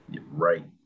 Right